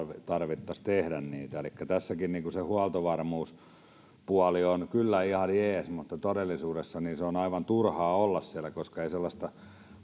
tarvitsisi tehdä elikkä tässäkin se huoltovarmuuspuoli on kyllä ihan jees mutta todellisuudessa sen on aivan turhaa olla siellä koska ei sellaista